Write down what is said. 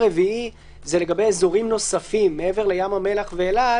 ארבע, לגבי אזורים נוספים מעבר לים המלח ואילת